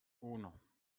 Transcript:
uno